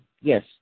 Yes